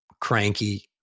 cranky